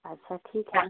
अच्छा ठीक है